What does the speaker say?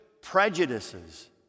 prejudices